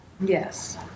Yes